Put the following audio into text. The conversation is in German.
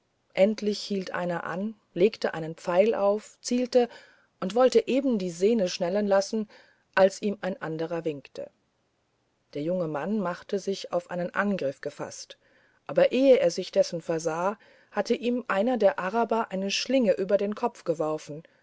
endlich hielt einer an legte einen pfeil auf zielte und wollte eben die sehne schnellen lassen als ihm ein anderer winkte der junge mann machte sich auf einen neuen angriff gefaßt aber ehe er sich dessen versah hatte ihm einer der araber eine schlinge über den kopf geworfen